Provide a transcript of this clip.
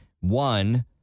One